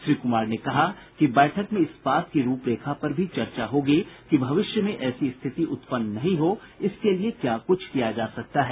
श्री कुमार ने कहा कि बैठक में इस बात की रूपरेखा पर भी चर्चा होगी कि भविष्य में ऐसी स्थिति उत्पन्न नहीं हो इसके लिये क्या कुछ किया जा सकता है